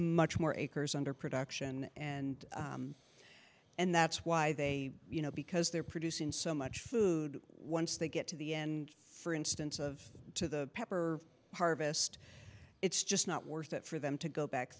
much more acres under production and and that's why they you know because they're producing so much food once they get to the end for instance of to the pepper harvest it's just not worth it for them to go back